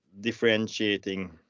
differentiating